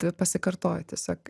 tai pasikartoja tiesiog